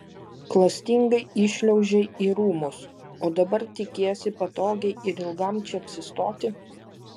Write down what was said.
klastingai įšliaužei į rūmus o dabar tikiesi patogiai ir ilgam čia apsistoti